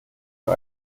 für